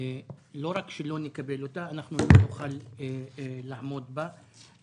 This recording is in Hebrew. שלא רק שלא נקבל אותה, אנחנו לא נוכל לעמוד בה.